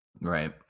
Right